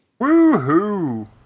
Woohoo